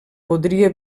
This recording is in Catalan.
podria